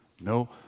no